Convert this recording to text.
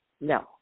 No